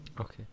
Okay